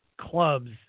clubs